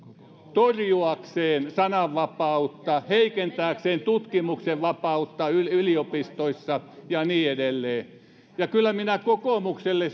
torjuakseen sananvapautta heikentääkseen tutkimuksen vapautta yliopistoissa ja niin edelleen ja kyllä minä kokoomukselle